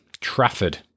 Trafford